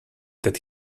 that